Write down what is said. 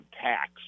tax